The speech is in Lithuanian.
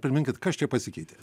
priminkit kas čia pasikeitė